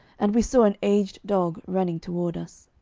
and we saw an aged dog running toward us.